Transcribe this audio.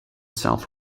south